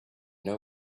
know